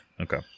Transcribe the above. Okay